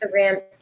Instagram